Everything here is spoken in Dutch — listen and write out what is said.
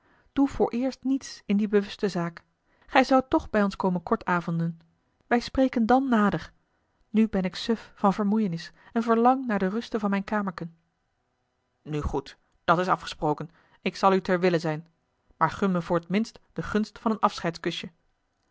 doe vooreerst niets in die bewuste zaak gij zoudt toch bij ons komen kortavonden wij spreken dan nader nu ben ik suf van vermoeienis en verlang naar de ruste van mijn kamerken nu goed dat s afgesproken ik zal u ter wille zijn maar gun me voor t minst de gunst van een